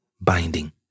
binding